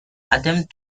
attempt